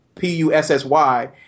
P-U-S-S-Y